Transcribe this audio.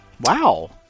Wow